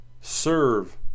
serve